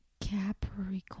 capricorn